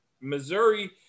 Missouri